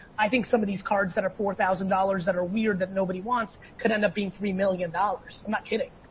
i think some of these cards that are four thousand dollars that are weird that nobody wants, could end up being three million dollars. i'm not kidding.